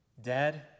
dead